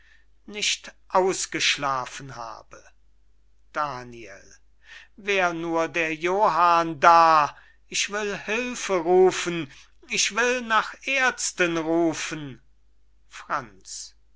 nicht ausgeschlafen habe daniel wär nur der johann da ich will hülfe rufen ich will nach aerzten rufen franz